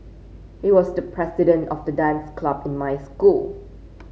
he was the president of the dance club in my school